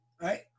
right